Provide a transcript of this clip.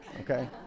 okay